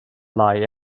lie